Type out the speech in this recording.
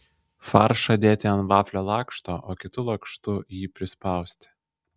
faršą dėti ant vaflio lakšto o kitu lakštu jį prispausti